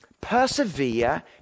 Persevere